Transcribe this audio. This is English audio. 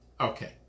okay